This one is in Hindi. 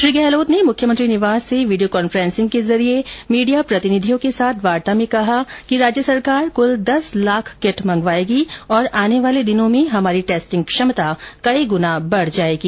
श्री गहलोत ने मुख्यमंत्री निवास से वीडियो कांफ्रेंसिंग के जरिए मीडिया प्रतिनिधियों के साथ वार्ता में कहा कि राज्य सरकार कुल दस लाख किट मंगवायेगी और आने वाले दिनों में हमारी टेस्टिंग क्षमता कई गुना बढ़ जायेगी